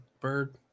bird